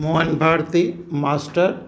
Mohan Bharati master